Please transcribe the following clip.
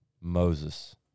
Moses